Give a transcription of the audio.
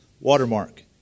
watermark